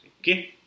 Okay